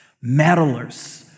meddlers